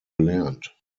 gelernt